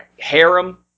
harem